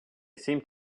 seemed